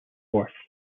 worth